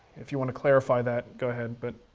if you want to clarify that, go ahead, but